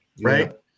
right